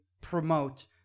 promote